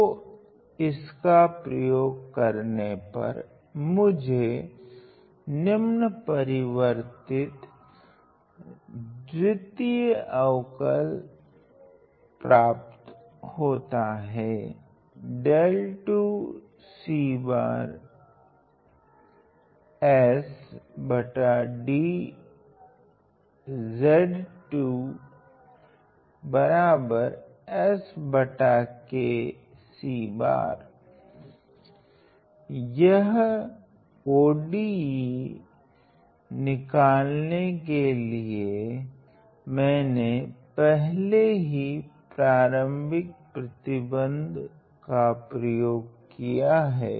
तो इसका प्रयोग करने पर मुझे निम्न परिवर्तित द्वितीय अवकल प्राप्त होता है यह ODE निकालने के लिए मेने पहले ही प्रारम्भिक प्रतिबंध का प्रयोग किया हैं